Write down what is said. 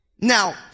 Now